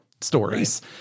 stories